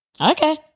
Okay